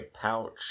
pouch